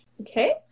okay